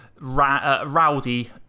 rowdy